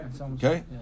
Okay